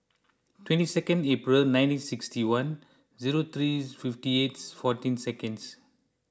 twenty second April nineteen sixty one zero three fifty eight fourteen seconds